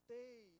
Stay